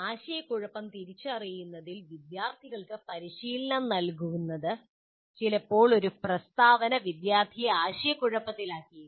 ആശയക്കുഴപ്പം തിരിച്ചറിയുന്നതിൽ വിദ്യാർത്ഥികൾക്ക് പരിശീലനം നൽകുന്നത് ചിലപ്പോൾ ഒരു പ്രസ്താവന വിദ്യാർത്ഥിയെ ആശയക്കുഴപ്പത്തിലാക്കിയേക്കാം